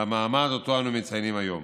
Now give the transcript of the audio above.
למעמד שאנו מציינים היום.